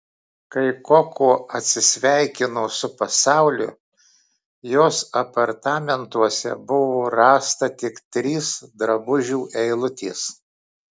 kai koko atsisveikino su pasauliu jos apartamentuose buvo rasta tik trys drabužių eilutės